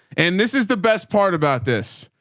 and this is the best part about this.